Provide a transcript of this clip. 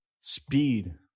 speed